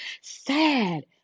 sad